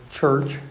church